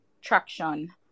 traction